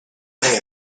day